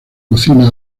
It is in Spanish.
cocina